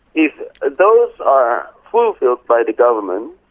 if those are fulfilled by the government,